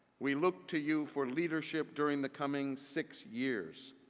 we look to you for leadership during the coming six years.